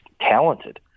talented